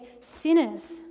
sinners